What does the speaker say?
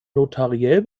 notariell